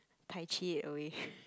tai chi it away